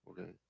Okay